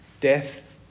death